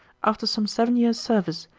after some seven years' service,